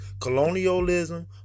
colonialism